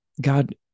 God